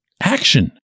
action